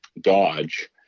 Dodge